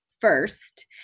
first